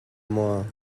maw